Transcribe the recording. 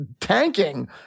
tanking